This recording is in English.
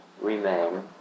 remain